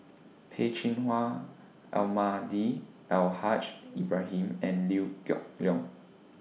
Peh Chin Hua Almahdi Al Haj Ibrahim and Liew Geok Leong